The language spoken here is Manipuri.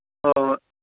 ꯍꯣꯏ ꯍꯣꯏ